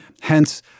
Hence